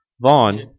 Vaughn